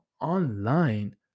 online